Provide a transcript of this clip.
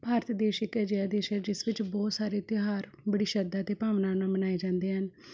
ਭਾਰਤ ਦੇਸ਼ ਇੱਕ ਅਜਿਹਾ ਦੇਸ਼ ਹੈ ਜਿਸ ਵਿੱਚ ਬਹੁਤ ਸਾਰੇ ਤਿਉਹਾਰ ਬੜੀ ਸ਼ਰਧਾ ਅਤੇ ਭਾਵਨਾ ਨਾਲ਼ ਮਨਾਏ ਜਾਂਦੇ ਹਨ